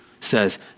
says